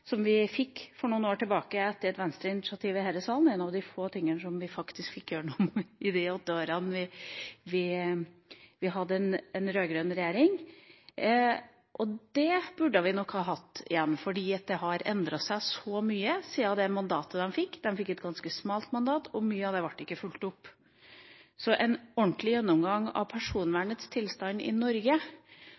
som vi fikk for noen år tilbake etter et Venstre-initiativ her i salen – én av de få tingene som vi faktisk fikk gjennom i løpet av de åtte årene vi hadde en rød-grønn regjering. Det burde vi nok ha hatt igjen, for det har endret seg så mye siden de fikk mandatet sitt. De fikk et ganske smalt mandat, og mye av det ble ikke fulgt opp. Så en ordentlig gjennomgang av personvernets tilstand i Norge